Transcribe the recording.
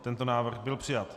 Tento návrh byl přijat.